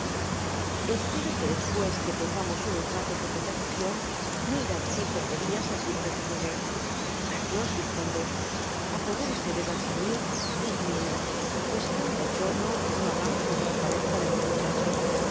espero que después que tengamos unos ratos de conyersasion no irá á decir tonterias al primero que llegue a dios vizconde apodérese de danceny y guíelo pues será un bochorno no llagamos lo que nos parezca de dos muchachos